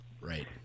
Right